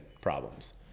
problems